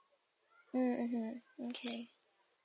mmhmm okay